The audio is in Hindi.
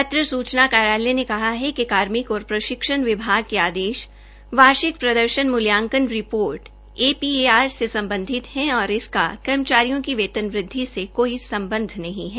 पत्र सूचना कार्यालय ने कहा कि कार्मिक और प्रशिक्षण विभाग के आदेश वार्षिक प्रदर्शन मूल्यांकन रिपोर्ट एपीएआर से सम्बधित और इसका कर्मचारियों की वेतन वृद्वि से कोई सम्ब्ध नहीं है